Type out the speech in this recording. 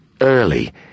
Early